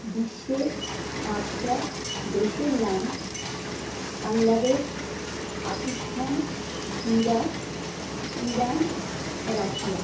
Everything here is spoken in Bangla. বিশ্বের পাঁচটা দেশের নাম Bangladesh Pakistan Iraq Iran Russia